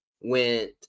went